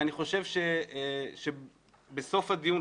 אני חושב שבסוף הדיון,